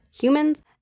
humans